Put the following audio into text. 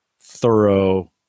thorough